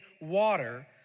water